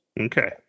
Okay